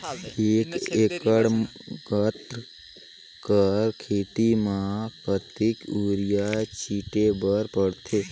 एक एकड़ गन्ना कर खेती म कतेक युरिया छिंटे बर पड़थे?